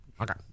Okay